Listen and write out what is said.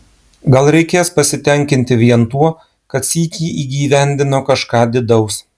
gal reikės pasitenkinti vien tuo kad sykį įgyvendino kažką didaus